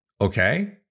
Okay